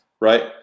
Right